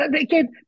again